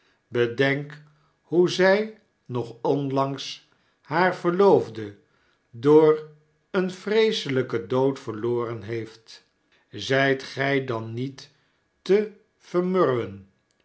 bedenk hoe zy nog onlangs haar verloofde door een vreeselpen dood verloren heeft zijt gy dan niet te vermurwen